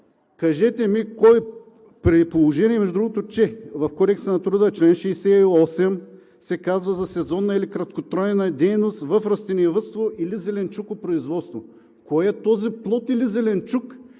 Кажете ми кой, при положение че в Кодекса на труда в чл. 68 се казва: „за сезонна или краткотрайна дейност в растениевъдство или зеленчукопроизводство“ – кой е този плод или зеленчук,